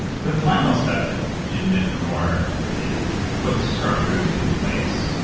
the final step in in meant for more is put structures in place.